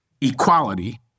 equality